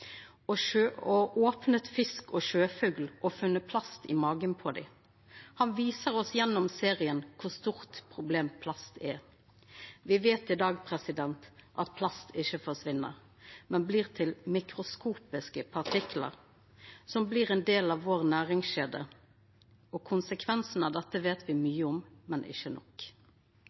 og filma fuglefjell dekt av plast og opna fisk og sjøfugl og funne plast i magen på dei. Han viser oss gjennom serien kor stort problemet med plast er. Me veit i dag at plast ikkje forsvinn, men blir til mikroskopiske partiklar som blir ein del av næringskjeda vår. Konsekvensen av dette veit me mykje om, men ikkje nok.